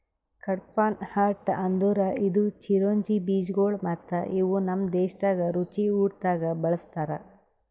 ಕಡ್ಪಾಹ್ನಟ್ ಅಂದುರ್ ಇದು ಚಿರೊಂಜಿ ಬೀಜಗೊಳ್ ಮತ್ತ ಇವು ನಮ್ ದೇಶದಾಗ್ ರುಚಿ ಊಟ್ದಾಗ್ ಬಳ್ಸತಾರ್